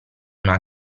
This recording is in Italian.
una